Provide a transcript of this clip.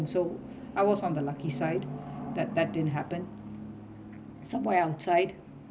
so I was on the lucky side that that didn't happen somewhere outside